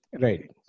Right